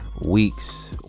weeks